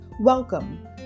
Welcome